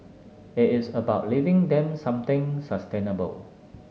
it is about leaving them something sustainable